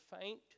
faint